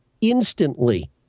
instantly